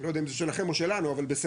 אני לא יודע אם זה שלכם או שלנו אבל בסדר.